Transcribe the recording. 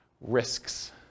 Risks